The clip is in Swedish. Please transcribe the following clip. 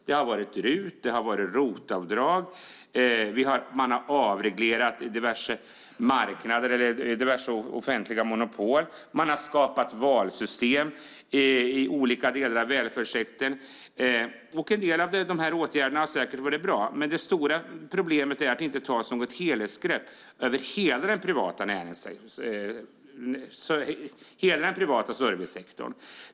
Det har varit RUT och ROT-avdrag. Man har avreglerat diverse marknader eller offentliga monopol. Man har skapat valsystem inom olika delar av välfärdssektorn. En del av de här åtgärderna har säkert varit bra, det stora problemet är att det inte tas något helhetsgrepp över hela den privata servicesektorn.